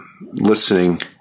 listening